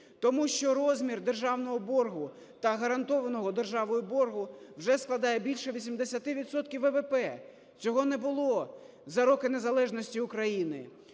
Тому що розмір державного боргу та гарантованого державою боргу вже складає більше 80 відсотків ВВП. Цього не було за роки незалежності України.